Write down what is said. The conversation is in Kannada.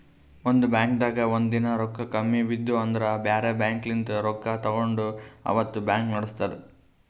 ಒಂದ್ ಬಾಂಕ್ದಾಗ್ ಒಂದಿನಾ ರೊಕ್ಕಾ ಕಮ್ಮಿ ಬಿದ್ದು ಅಂದ್ರ ಬ್ಯಾರೆ ಬ್ಯಾಂಕ್ಲಿನ್ತ್ ರೊಕ್ಕಾ ತಗೊಂಡ್ ಅವತ್ತ್ ಬ್ಯಾಂಕ್ ನಡಸ್ತದ್